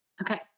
Okay